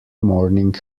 morning